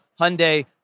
Hyundai